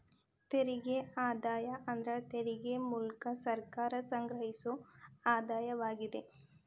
ತೆರಿಗೆ ಆದಾಯ ಅಂದ್ರ ತೆರಿಗೆ ಮೂಲ್ಕ ಸರ್ಕಾರ ಸಂಗ್ರಹಿಸೊ ಆದಾಯವಾಗಿದೆ